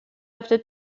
after